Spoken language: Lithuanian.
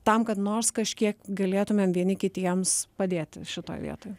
tam kad nors kažkiek galėtumėm vieni kitiems padėti šitoj vietoj